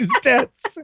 debts